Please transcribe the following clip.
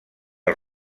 els